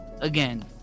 again